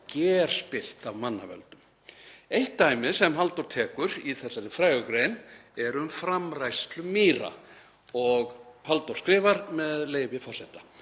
gerspillt af manna völdum. Eitt dæmi sem Halldór tekur í þessari frægu grein er um framræslu mýra. Halldór skrifar, með leyfi forseta: